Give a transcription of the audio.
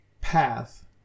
path